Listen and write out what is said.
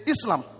Islam